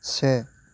से